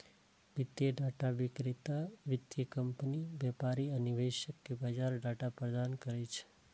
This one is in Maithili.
वित्तीय डाटा विक्रेता वित्तीय कंपनी, व्यापारी आ निवेशक कें बाजार डाटा प्रदान करै छै